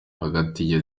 hagati